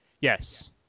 Yes